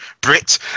brit